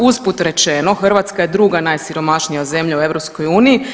Usput rečeno Hrvatska je druga najsiromašnija zemlja u EU.